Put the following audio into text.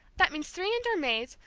that means three indoor maids,